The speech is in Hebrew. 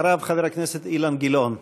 אחריו, חבר הכנסת אילן גילאון.